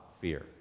fear